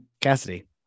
Cassidy